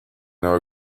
know